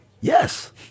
yes